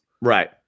right